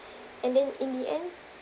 and then in the end